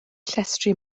llestri